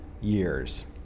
years